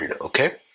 Okay